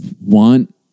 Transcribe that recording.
want